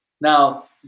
Now